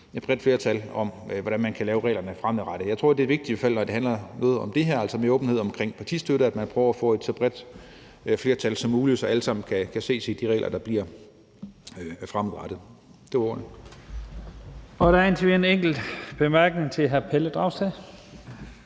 et bredt flertal for, hvordan man kan lave reglerne fremadrettet. Jeg tror, det er vigtigt, i hvert fald når det handler om det her med åbenhed om partistøtte, at man prøver at få så bredt et flertal som muligt, så alle kan se sig i de regler, der bliver fremadrettet. Det var ordene.